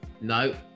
No